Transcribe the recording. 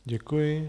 Děkuji.